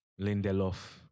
Lindelof